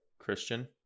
christian